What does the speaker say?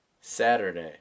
Saturday